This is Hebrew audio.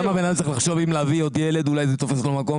למה בן אדם צריך לחשוב אם להביא עוד ילד כי אולי זה תופס לו עוד מקום?